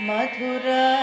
Madhura